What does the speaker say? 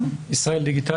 סגן ראש מטה ישראל